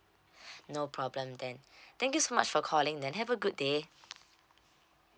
no problem then thank you so much for calling then have a good day